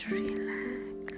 relax